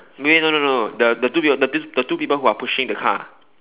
wait no no no the the two people the two people the two people who are pushing the car